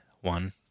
One